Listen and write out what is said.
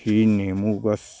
সেই নেমু গছ